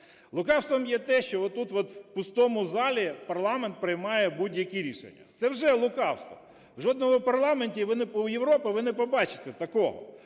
Лукавством є те, що от тут от в пустому залі парламент приймає будь-які рішення, це вже лукавство. В жодному парламенті Європи ви не побачите такого,